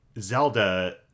Zelda